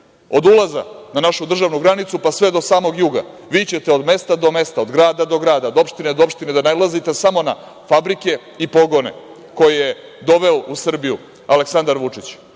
od ulaza na našu državnu granicu pa sve do samog juga, vi ćete od mesta do mesta, od grada do grada, od opštine do opštine da nailazite samo na fabrike i pogone koje je doveo u Srbiju Aleksandar Vučić,